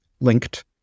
linked